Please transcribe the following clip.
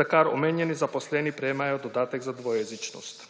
za kar omenjeni zaposleni prejemajo dodatek za dvojezičnost.